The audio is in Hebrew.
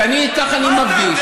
כי כך אני מרגיש.